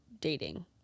dating